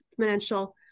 exponential